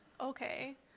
okay